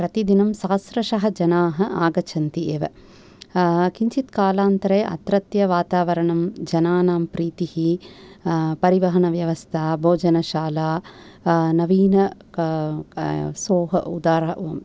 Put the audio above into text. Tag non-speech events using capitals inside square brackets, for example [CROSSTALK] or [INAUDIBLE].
प्रतिदिनं सहस्रशः जनाः आगच्छन्ति एव किञ्चित् कालान्तरे अत्रत्यवातावरणं जनानां प्रीतिः परिवहनव्यव्स्था भोजनशाला नवीन [UNINTELLIGIBLE]